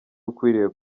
ukwiriye